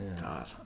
God